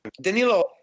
Danilo